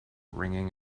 ringing